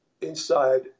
inside